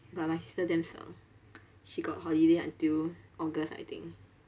but my sister damn 爽 she got holiday until august I think